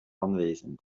anwesend